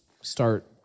start